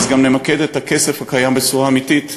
אז גם נמקד את הכסף הקיים בצורה אמיתית.